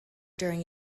during